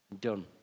done